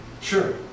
Sure